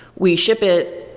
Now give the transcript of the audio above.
we ship it,